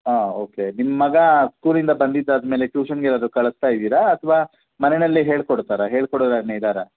ಹಾಂ ಓಕೆ ನಿಮ್ಮ ಮಗ ಸ್ಕೂಲಿಂದ ಬಂದಿದ್ದು ಆದ್ಮೇಲೆ ಟ್ಯೂಷನ್ಗೇನಾದರೂ ಕಳಿಸ್ತಾ ಇದ್ದೀರಾ ಅಥವಾ ಮನೆಯಲ್ಲೇ ಹೇಳ್ಕೊಡ್ತಾರಾ ಹೇಳ್ಕೊಡೋರು ಯಾರಾನಾ ಇದ್ದಾರಾ